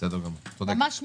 ממש מכעיס.